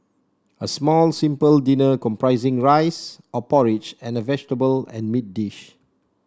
a small simple dinner comprising rice or porridge and a vegetable and meat dish